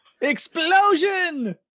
Explosion